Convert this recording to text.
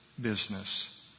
business